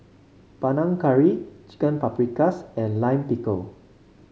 Panang Curry Chicken Paprikas and Lime Pickle